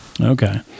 Okay